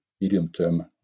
medium-term